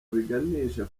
biganisha